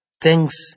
Thanks